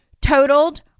totaled